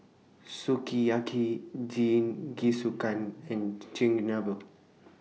Sukiyaki Jingisukan and Chigenabe